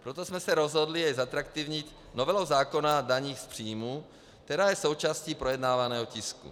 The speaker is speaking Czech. Proto jsme se rozhodli jej zatraktivnit novelou zákona o daních z příjmů, která je součástí projednávaného tisku.